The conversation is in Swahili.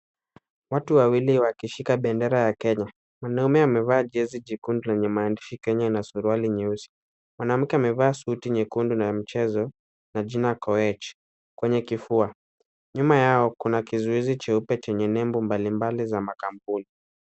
Watu wawili wakishika bendera ya Kenya, mwanaume amevaa jezi jekundu yenye maandishi Kenya na suruali nyeusi, mwanamke amevaa suti nyekundu na ya mchezo ya jina Koech kwenye kifua, nyuma yao kuna kizuizi cheupe chenye nembo mbalimbali za makampuni